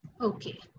Okay